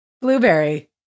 Blueberry